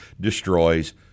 destroys